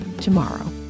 tomorrow